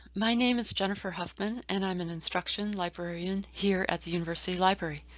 my name is jennifer huffman and i'm an instruction librarian here at the university library.